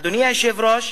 אדוני היושב-ראש,